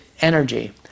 energy